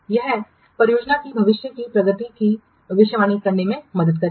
यह परियोजना की भविष्य की प्रगति की भविष्यवाणी करने में मदद करेगा